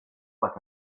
like